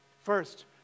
First